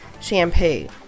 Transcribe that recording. shampoo